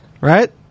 Right